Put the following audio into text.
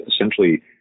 essentially